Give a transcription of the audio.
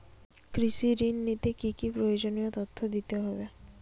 কৃষি ঋণ নিতে কি কি প্রয়োজনীয় তথ্য দিতে হবে?